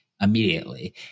Immediately